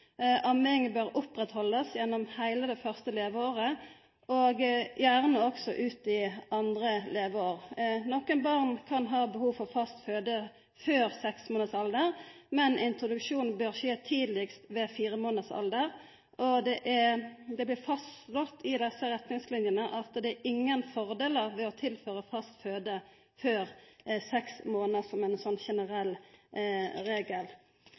bør halda fram med amming gjennom heile det første leveåret og gjerne også ut i det andre leveåret. Nokre barn kan ha behov for fast føde før seks månaders alder, men introduksjonen bør skje tidlegast ved fire månaders alder, og det ble slått fast i desse retningslinene at det er ingen fordelar ved å tilføra fast føde før seks månaders alder, som ein generell regel.